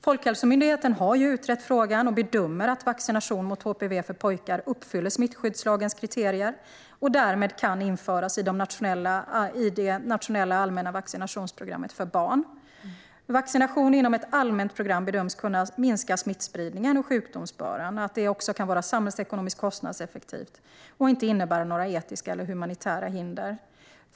Folkhälsomyndigheten har utrett frågan och bedömer att vaccination mot HPV för pojkar uppfyller smittskyddslagens kriterier och att det därmed kan införas i det nationella allmänna vaccinationsprogrammet för barn. Vaccination inom ett allmänt program bedöms kunna minska smittspridningen och sjukdomsbördan. Det kan också vara samhällsekonomiskt kostnadseffektivt och innebär inte några etiska eller humanitära hinder.